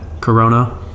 corona